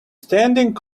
standing